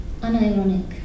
unironic